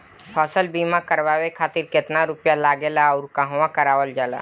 फसल बीमा करावे खातिर केतना रुपया लागेला अउर कहवा करावल जाला?